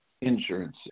insurance